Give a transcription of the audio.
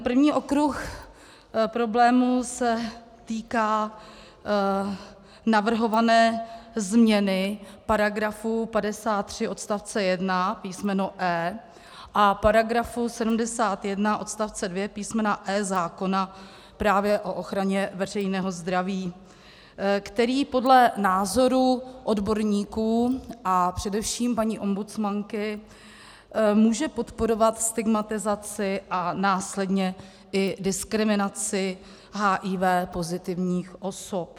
První okruh problémů se týká navrhované změny § 53 odst. 1. písm. e) a § 71 odst. 2 písm. e) zákona právě o ochraně veřejného zdraví, který podle názoru odborníků a především paní ombudsmanky může podporovat stigmatizaci a následně i diskriminaci HIV pozitivních osob.